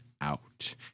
out